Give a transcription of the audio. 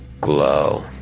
glow